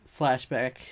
flashback